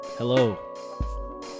Hello